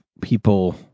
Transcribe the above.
people